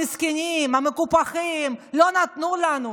המסכנים, המקופחים, לא נתנו לנו.